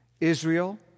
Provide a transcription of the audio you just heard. Israel